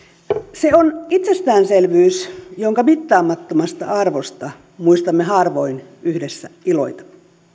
se on itsestäänselvyys jonka mittaamattomasta arvosta muistamme harvoin yhdessä iloita